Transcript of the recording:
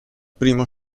primo